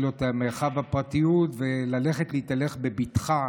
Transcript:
לו את מרחב הפרטיות וללכת להתהלך בבטחה,